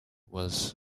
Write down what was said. was